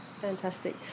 Fantastic